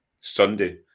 Sunday